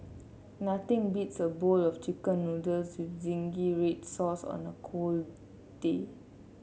nothing beats a bowl of chicken noodles with zingy red sauce on a cold day